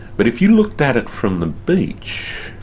but if you looked at it from the beach,